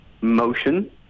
Motion